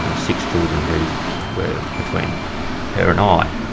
ah six children who were between her and i.